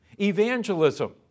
evangelism